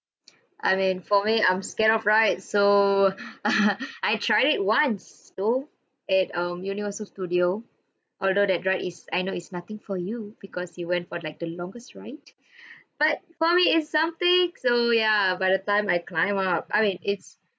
I mean for me I'm scared of rides so I tried it once though at um universal studio although that ride is I know is nothing for you because you went for like the longest ride but for me it's something so ya by the time I climb up I mean it's